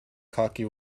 cocky